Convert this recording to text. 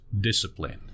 discipline